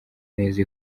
neza